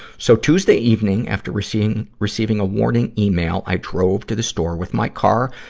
so, tuesday evening, after receiving receiving a warning email, i drove to the store with my car,